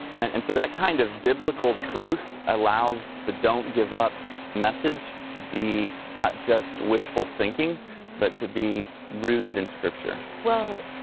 that and so that kind of biblical truth allows the don't give up message to be not just wishful thinking but to be rooted in scripture. you,